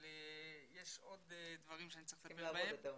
אבל יש עוד דברים שאני צריך לטפל בהם.